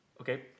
okay